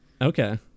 Okay